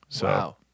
Wow